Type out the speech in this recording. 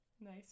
Nice